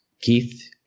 Keith